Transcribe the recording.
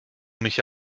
mich